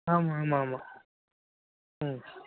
ஆமாம் ஆமாம்மாம் ம்